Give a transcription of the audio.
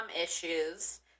issues